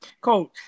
coach